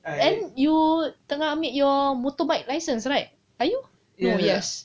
and you tengah ambil your motorbike licence right are you oh yes